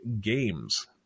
games